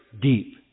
deep